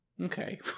Okay